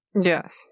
Yes